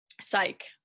psych